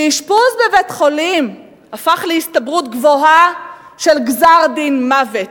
שאשפוז בבית-חולים הפך להסתברות גבוהה של גזר-דין מוות,